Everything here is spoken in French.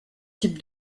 types